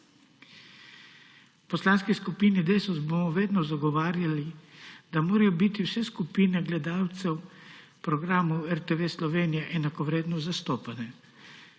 V Poslanski skupini Desus bomo vedno zagovarjali, da morajo biti vse skupine gledalcev programov RTV Slovenija enakovredno zastopane.